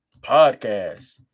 Podcast